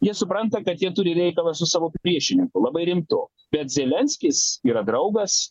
jie supranta kad jie turi reikalą su savo priešininku labai rimtu bet zelenskis yra draugas